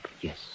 Yes